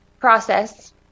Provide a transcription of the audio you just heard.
process